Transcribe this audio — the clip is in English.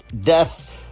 death